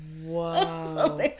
wow